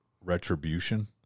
retribution